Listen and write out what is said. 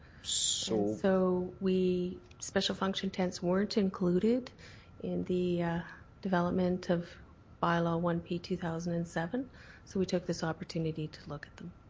so so we special function tents weren't included in the development of bylaw one p two thousand and seven so we took this opportunity to look at them.